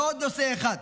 ועוד נושא אחד,